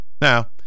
now